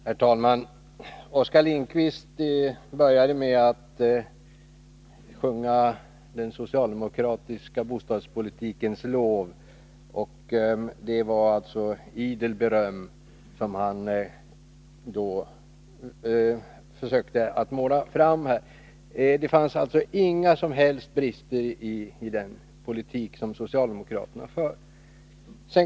Herr talman! Oskar Lindkvist började med att sjunga den socialdemokratiska bostadspolitikens lov. Det var idel beröm som han försökte måla upp. Det fanns alltså inga som helst brister i den politik som socialdemokraterna förde.